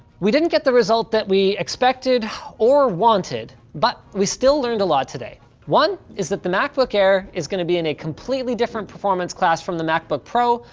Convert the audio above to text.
we didn't get the result that we expected or wanted but we still learned a lot today. one, is that the macbook air is gonna be in a completely different performance class from the macbook pro,